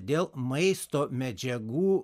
dėl maisto medžiagų